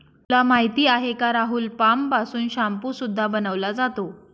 तुला माहिती आहे का राहुल? पाम पासून शाम्पू सुद्धा बनवला जातो